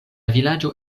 vilaĝo